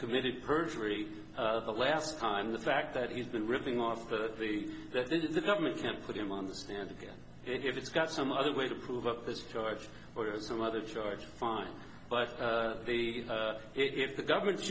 committed perjury the last time the fact that he's been ripping off that the that the government can put him on the stand again if it's got some other way to prove up this charge or some other charge fine but the if the government